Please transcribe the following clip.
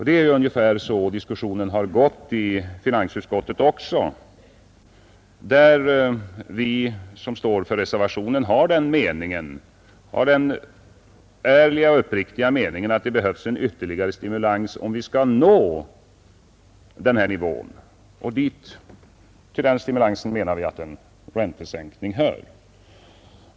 Det är också ungefär så diskussionen har gått i finansutskottet där vi som står för reservationen har den ärliga och uppriktiga meningen att det behövs en ytterligare stimulans för att vi skall kunna nå denna nivå, och till den stimulansen menar vi att en räntesänkning hör.